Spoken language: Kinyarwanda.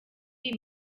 iyi